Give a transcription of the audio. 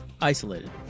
Isolated